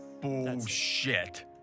Bullshit